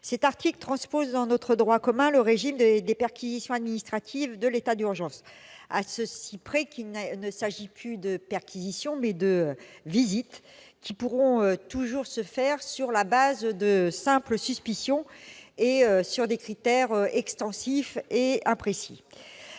Cet article vise à transposer dans notre droit commun le régime des perquisitions administratives de l'état d'urgence, à cela près qu'il s'agit non plus de « perquisitions » mais de « visites », qui pourront toujours se faire sur la base de simples suspicions et sur des critères extensifs et imprécis.